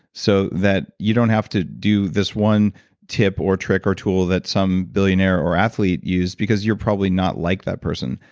so that you don't have to do this one tip or trick or tool that some billionaire or athlete used because you're probably not like that person.